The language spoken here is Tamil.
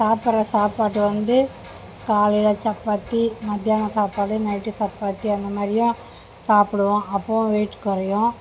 சாப்பிட்ற சாப்பாட்டு வந்து காலையில் சப்பாத்தி மத்தியானம் சாப்பாடு நைட்டு சப்பாத்தி அந்த மாதிரியும் சாப்பிடுவோம் அப்போவும் வெயிட் குறையும்